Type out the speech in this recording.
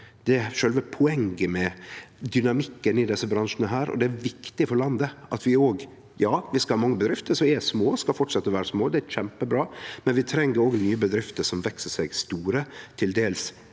sjølve poenget med dynamikken i desse bransjane, og det er viktig for landet. Ja, vi skal ha mange bedrifter som er små, og dei skal fortsetje å vere små – det er kjempebra – men vi treng òg nye bedrifter som veks seg store, til dels